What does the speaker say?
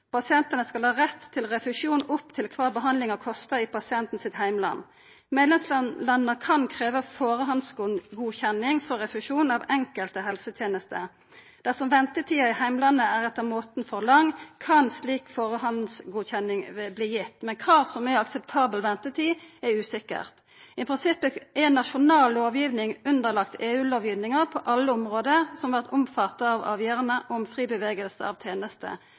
Pasientane skal ha rett til refusjon opp til kva behandlinga kostar i pasienten sitt heimland. Medlemslanda kan krevja førehandsgodkjenning for refusjon av enkelte helsetenester. Dersom ventetida i heimlandet etter måten er for lang, kan slik førehandsgodkjenning verta gitt. Men kva som er akseptabel ventetid, er usikkert. I prinsippet er ei nasjonal lovgiving underlagd EU-lovgivinga på alle område som vert omfatta av avgjerdene om fri bevegelse av tenester.